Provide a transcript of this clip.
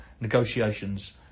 negotiations